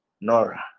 Nora